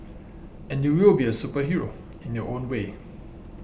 and you will be a superhero in your own way